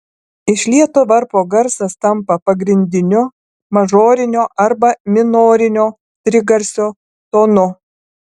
išlieto varpo garsas tampa pagrindiniu mažorinio arba minorinio trigarsio tonu